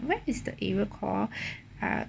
where is the area call uh